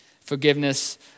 forgiveness